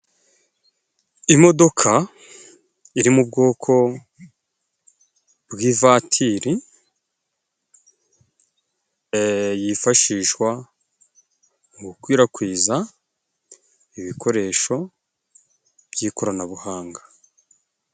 Imodoka iri mu bwoko bw'ivatiri e yifashishwa mu gukwirakwiza ibikoresho by'ikoranabuhanga.